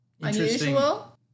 unusual